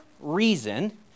reason